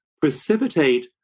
precipitate